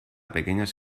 pequeñas